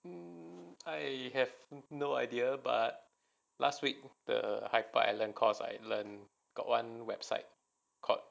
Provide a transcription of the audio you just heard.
um I have no idea but last week the hyper island course I learn got one website called